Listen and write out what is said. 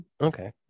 Okay